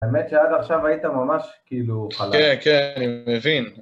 האמת שעד עכשיו היית ממש, כאילו, חלק. כן, כן, אני מבין.